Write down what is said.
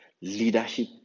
leadership